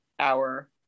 hour